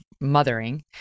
mothering